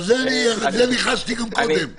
את זה ניחשתי גם קודם.